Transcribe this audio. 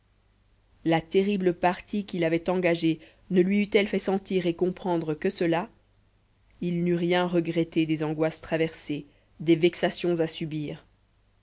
la terrible partie qu'il avait engagée ne lui eût-elle fait sentir et comprendre que cela il n'eût rien regretté des angoisses traversées des vexations à subir